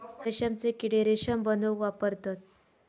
रेशमचे किडे रेशम बनवूक वापरतत